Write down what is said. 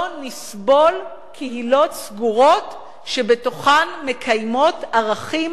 לא נסבול קהילות סגורות שמקיימות בתוכן